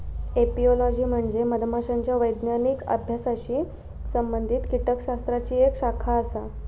apiology म्हणजे मधमाशांच्या वैज्ञानिक अभ्यासाशी संबंधित कीटकशास्त्राची एक शाखा आसा